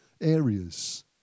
areas